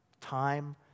time